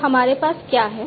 तो हमारे पास क्या है